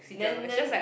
then then